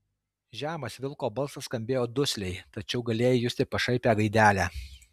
žemas vilko balsas skambėjo dusliai tačiau galėjai justi pašaipią gaidelę